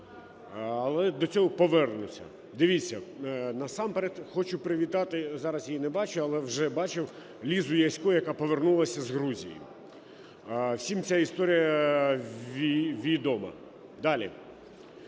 Але до цього повернуся. Дивіться, насамперед, хочу привітати, зараз її не бачу, але вже бачив, Лізу Ясько, яка повернулася з Грузії. Всім ця історія відома. Далі.